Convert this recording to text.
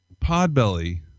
Podbelly